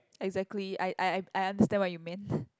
exactly I I I I understand what you meant